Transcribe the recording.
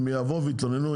הם יבואו ויתלוננו,